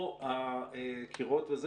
פה הקירות וזה,